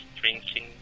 drinking